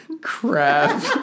crap